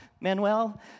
Manuel